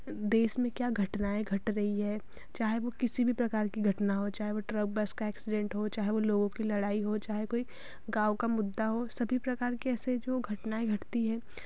देश में क्या घटनाएँ घट रही हैं चाहे वो किसी भी प्रकार की घटना हो चाहे वो ट्रक बस का एक्सीडेंट हो चाहे वो लोगों की लड़ाई हो चाहे कोई गाँव का मुद्दा हो सभी प्रकार कैसे जो घटनाएँ घटती हैं